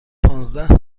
پانزده